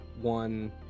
one